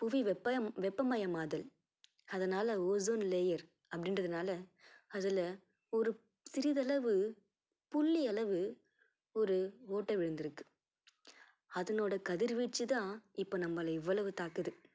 புவி வெப்ப வெப்பமயமாதல் அதனால ஓஸோன் லேயர் அப்படின்றதனால அதில் ஒரு சிறிதளவு புள்ளியளவு ஒரு ஓட்டை விழுந்துருக்குது அதனோட கதிர்வீச்சு தான் இப்போ நம்மளை இவ்வளவு தாக்குது